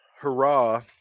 hurrah